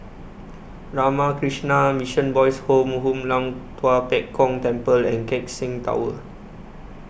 Ramakrishna Mission Boys' Home Hoon Lam Tua Pek Kong Temple and Keck Seng Tower